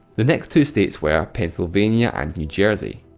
the next two states were pennsylvania, and new jersey.